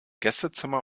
gästezimmer